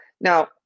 now